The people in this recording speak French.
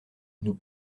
nous